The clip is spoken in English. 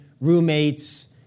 roommates